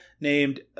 named